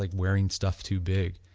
like wearing stuff too big.